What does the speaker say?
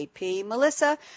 Melissa